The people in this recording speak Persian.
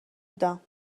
بودم